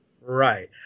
Right